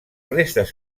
restes